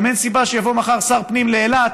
גם אין סיבה שיבוא מחר שר פנים לאילת